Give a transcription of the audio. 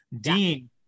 Dean